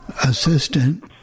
assistant